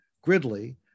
Gridley